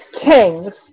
kings